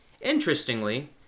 Interestingly